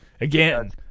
Again